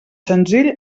senzill